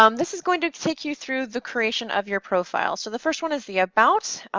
um this is going to take you through the creation of your profile. so the first one is the about,